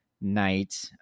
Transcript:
night